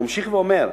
הוא ממשיך ואומר: